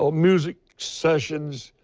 ah music sessions,